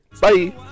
Bye